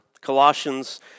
Colossians